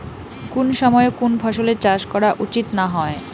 কুন সময়ে কুন ফসলের চাষ করা উচিৎ না হয়?